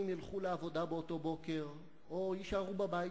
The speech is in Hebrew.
ילכו לעבודה באותו בוקר או יישארו בבית,